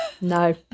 No